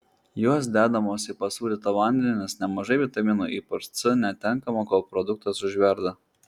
jos dedamos į pasūdytą vandenį nes nemažai vitaminų ypač c netenkama kol produktas užverda